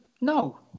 No